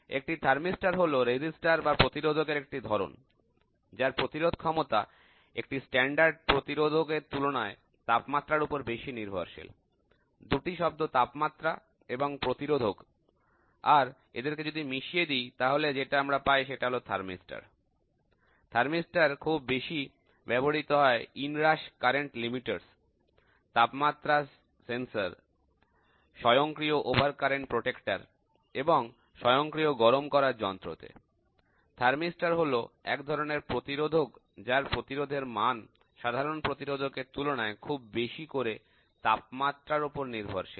একটি থার্মিস্টর হল প্রতিরোধক এর একটি ধরন যার প্রতিরোধক্ষমতা একটি স্ট্যান্ডার্ড প্রতিরোধক এর তুলনায় তাপমাত্রার উপর বেশি নির্ভরশীল দুটি শব্দ তাপমাত্রা এবং প্রতিরোধক আর এদেরকে যদি মিশিয়ে দিই তাহলে যেটা আমরা পাই সেটা হল থার্মিস্টর থার্মিস্টর খুব বেশি ব্যবহৃত হয় অন্তঃপ্রবাহ তড়িৎ সীমাবদ্ধ তাপমাত্রা সেন্সরস্বয়ংক্রিয় অতিরিক্ত তড়িৎরক্ষক এবং স্বয়ংক্রিয় গরম করার যন্ত্র তে থার্মিস্টর হল এক ধরনের প্রতিরোধক যার প্রতিরোধের মান সাধারণ প্রতিরোধক এর তুলনায় খুব বেশি করে তাপমাত্রার উপর নির্ভরশীল